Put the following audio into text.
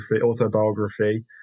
autobiography